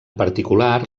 particular